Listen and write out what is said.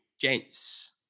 Gents